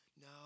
no